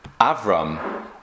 Avram